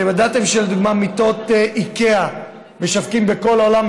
אתם ידעתם למשל שמשווקים 11 סוגים של מיטות תינוק של איקאה בכל העולם,